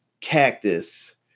Cactus